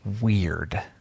weird